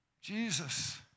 Jesus